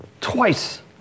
Twice